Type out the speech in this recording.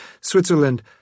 Switzerland